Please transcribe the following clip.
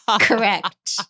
Correct